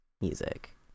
music